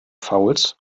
fouls